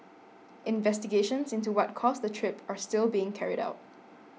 investigations into what caused the trip are still being carried out